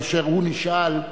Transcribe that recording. כאשר הוא נשאל,